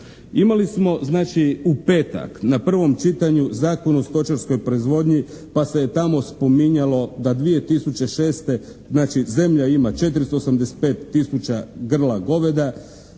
Imali smo znači u petak na prvom čitanju Zakon o stočarskoj proizvodnji pa se je tamo spominjalo da 2006. znači zemlja ima 485 tisuća grla goveda,